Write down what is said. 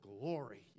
glory